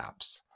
apps